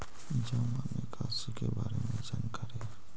जामा निकासी के बारे में जानकारी?